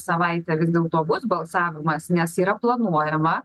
savaitę vis dėlto bus balsavimas nes yra planuojama